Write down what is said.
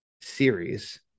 series